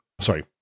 sorry